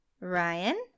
Ryan